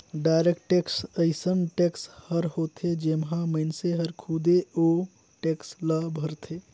direct tax अइसन tax हर होथे जेम्हां मइनसे हर खुदे ओ टेक्स ल भरथे